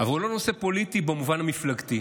אבל הוא לא נושא פוליטי במובן המפלגתי.